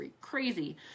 crazy